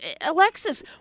Alexis